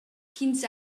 ch’ins